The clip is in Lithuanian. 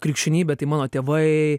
krikščionybė tai mano tėvai